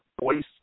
voice